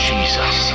Jesus